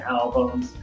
albums